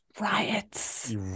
riots